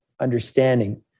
understanding